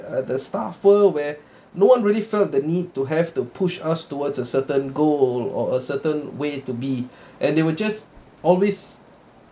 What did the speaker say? uh the staffer where no one really felt the need to have to push us towards a certain goal or a certain way to be and they were just always